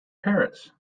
parrots